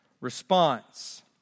response